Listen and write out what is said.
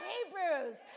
Hebrews